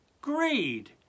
greed